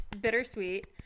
bittersweet